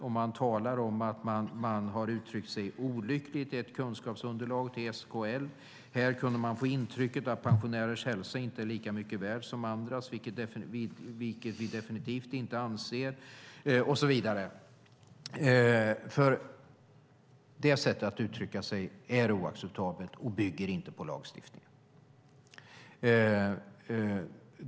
Det sägs att man har uttryckt sig olyckligt och att det är ett kunskapsunderlag till SKL. Vidare sägs: Här kunde man få intrycket att pensionärers hälsa inte är lika mycket värd som andras, vilket vi definitivt inte anser. Detta sätt att uttrycka sig är oacceptabelt och bygger inte på lagstiftningen.